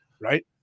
right